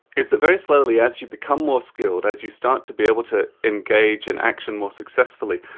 is that very slowly, as you become more skilled, as you start to be able to engage in action more successfully,